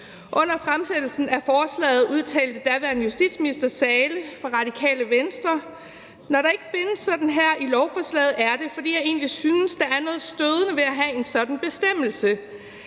Under fremsættelsen af forslaget udtalte daværende justitsminister Carl Theodor Zahle fra Radikale Venstre: Når der ikke findes en sådan her i lovforslaget, er det, fordi jeg egentlig synes, der er noget stødende ved at have en sådan bestemmelse.